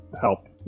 help